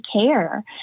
care